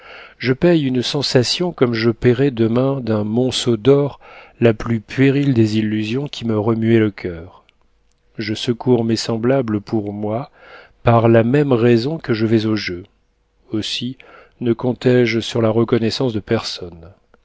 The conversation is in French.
je paie une sensation comme je paierais demain d'un monceau d'or la plus puérile des illusions qui me remuait le coeur je secours mes semblables pour moi par la même raison que je vais au jeu aussi ne compté je sur la reconnaissance de personne